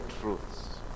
truths